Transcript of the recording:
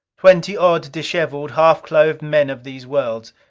twenty odd, disheveled, half-clothed men of these worlds.